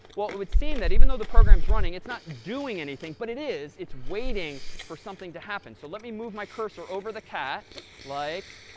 well, it would seem that even though the program is running, it's not doing anything. but it is. it's waiting for something to happen. so let me move my cursor over the cat like